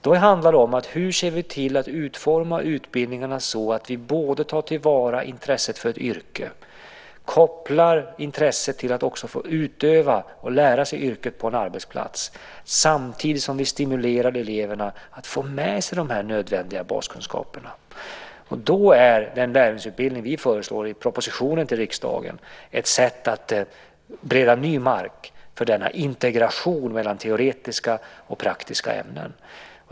Då handlar det om hur vi ser till att utforma utbildningarna så att vi tar till vara intresset för ett yrke, kopplar intresset till att eleverna också får utöva och lära sig yrket på en arbetsplats samtidigt som vi stimulerar dem att få med sig de nödvändiga baskunskaperna. Den lärlingsutbildning vi föreslår i propositionen till riksdagen är ett sätt att bereda ny mark för denna integration mellan teoretiska och praktiska ämnen.